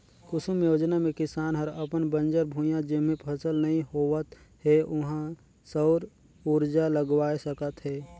कुसुम योजना मे किसान हर अपन बंजर भुइयां जेम्हे फसल नइ होवत हे उहां सउर उरजा लगवाये सकत हे